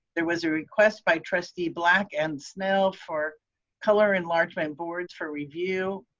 there was a request by trustee black and snell for color enlargement boards for review.